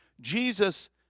Jesus